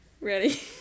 Ready